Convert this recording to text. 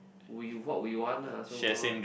would you what would you want ah so called